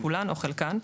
כולן או חלקן,